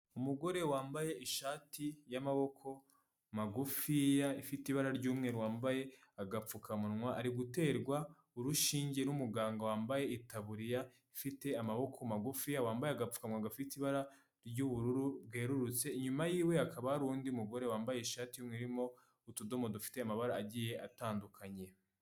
Umugore wambaye ishati y'amaboko magufiya, ifite ibara ry'umweru, wambaye agapfukamunwa, ari guterwa urushinge n'umuganga, wambaye itaburiya ifite amaboko magufiya, wambaye agapfukamunwa, gafite ibara ry'ubururu bwerurutse, inyuma yiwe hakaba hari undi mugore, wambaye ishati y'umweru irimo utudomo dufite amabara agiye atandukanye.